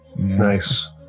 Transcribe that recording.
Nice